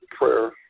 prayer